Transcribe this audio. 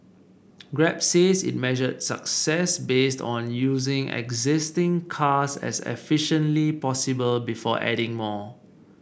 grab says it measures success based on using existing cars as efficiently possible before adding more